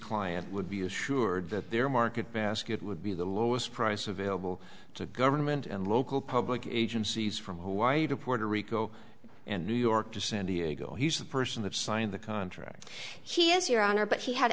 client would be assured that their market basket would be the lowest price available to government and local public agencies from hawaii to puerto rico and new york to san diego he's the person that signed the contract he has your honor but he had